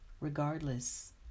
regardless